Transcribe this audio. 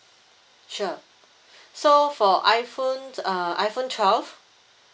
sure so for iphone err iphone twelve